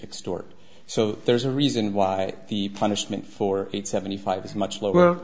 extort so there's a reason why the punishment for seventy five is much lower